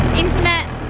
internet,